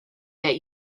that